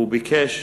והוא ביקש